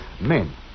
Men